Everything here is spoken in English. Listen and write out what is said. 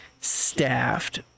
staffed